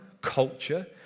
culture